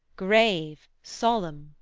grave, solemn